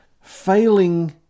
failing